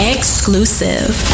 Exclusive